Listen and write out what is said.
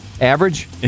Average